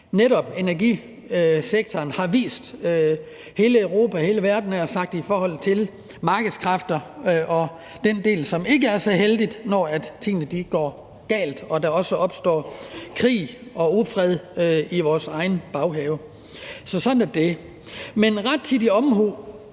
netop energisektoren har vist hele Europa og hele verden, havde jeg nær sagt, i forhold til markedskræfterne og den del, som ikke er så heldig, når tingene går galt og der også opstår krig og ufred i vores egen baghave. Så sådan er det. Men rettidig omhu